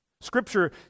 Scripture